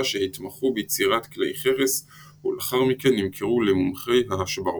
שהתמחו ביצירת כלי חרס ולאחר מכן נמכרו למומחי ההשבעות.